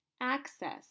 access